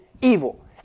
evil